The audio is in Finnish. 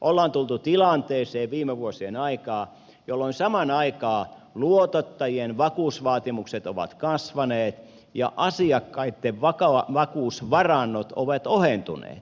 ollaan tultu viime vuosien aikaan tilanteeseen jolloin samaan aikaan luotottajien vakuusvaatimukset ovat kasvaneet ja asiakkaitten vakuusvarannot ovat ohentuneet